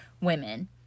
women